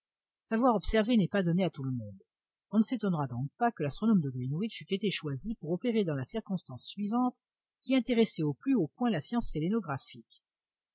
savoir observer n'est pas donné à tout le monde on ne s'étonnera donc pas que l'astronome de greenwich eût été choisi pour opérer dans la circonstance suivante qui intéressait au plus haut point la science sélénographique